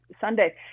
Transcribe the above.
sunday